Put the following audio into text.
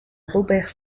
robert